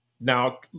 now